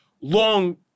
long